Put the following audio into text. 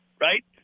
right